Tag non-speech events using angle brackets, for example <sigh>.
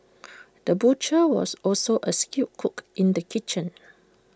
<noise> the butcher was also A skilled cook in the kitchen